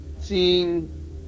Seeing